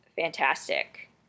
fantastic